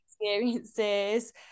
experiences